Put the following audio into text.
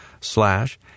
slash